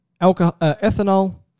ethanol